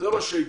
זה מה שיקבע.